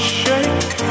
shake